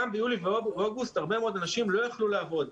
גם ביולי ואוגוסט הרבה מאוד אנשים לא יוכלו לעבוד.